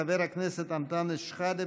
חבר הכנסת אנטאנס שחאדה,